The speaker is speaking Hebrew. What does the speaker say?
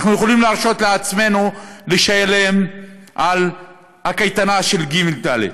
אנחנו יכולים להרשות לעצמנו לשלם על הקייטנה של ג' ד'.